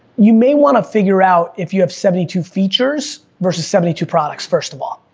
you may wanna figure out if you have seventy two features, versus seventy two products, first of all.